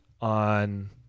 on